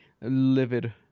livid